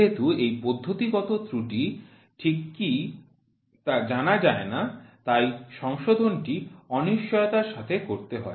যেহেতু এই পদ্ধতিগত ত্রুটি ঠিক কি তা জানা যায়না তাই সংশোধনটি অনিশ্চয়তার সাথে করতে হয়